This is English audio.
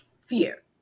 fear